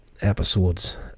episodes